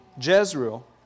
Jezreel